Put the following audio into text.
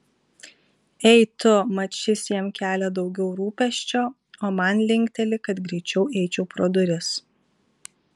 ei tu mat šis jam kelia daugiau rūpesčio o man linkteli kad greičiau eičiau pro duris